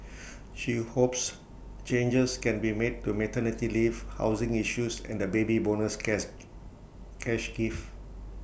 she hopes changes can be made to maternity leave housing issues and the Baby Bonus cash cash gift